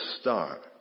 start